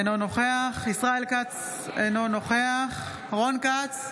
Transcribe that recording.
אינו נוכח ישראל כץ, אינו נוכח רון כץ,